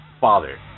father